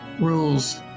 rules